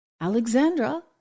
Alexandra